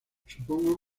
supongo